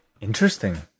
Interesting